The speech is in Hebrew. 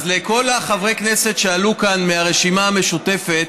אז לכל חברי הכנסת שעלו לכאן מהרשימה המשותפת,